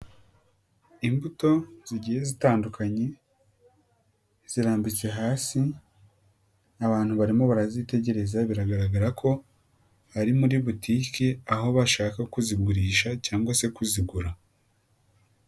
Imbuto zigiye zitandukanye, zirambitse hasi, abantu barimo barazitegereza, biragaragara ko ari muri butike aho bashaka kuzigurisha cyangwa se kuzigura.